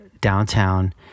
downtown